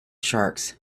sharks